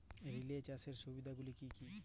Relay চাষের সুবিধা গুলি কি কি?